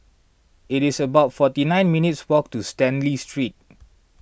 it's about forty nine minutes' walk to Stanley Street